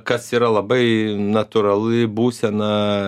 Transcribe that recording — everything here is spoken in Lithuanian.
kas yra labai natūrali būsena